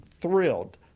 thrilled